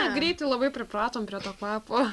greit labai pripratom prie to kvapo